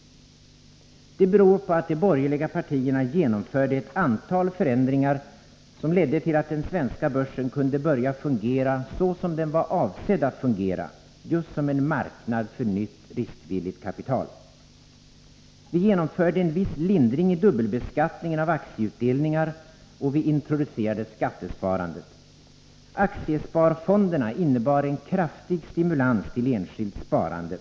Detta beror på att de borgerliga partierna genomförde ett antal förändringar, som ledde till att den svenska börsen kunde börja fungera så som den var avsedd att fungera, nämligen just som en marknad för nytt riskvilligt kapital. Vi genomförde en viss lindring i dubbelbeskattningen av aktieutdelningar, och vi introducerade skattesparandet. Aktiesparfonderna innebar en kraftig stimulans till enskilt sparande.